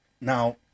now